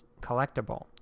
collectible